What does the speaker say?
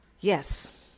Yes